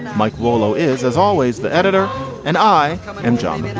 mike lolo is as always the editor and i am john and